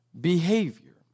behavior